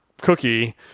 cookie